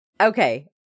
Okay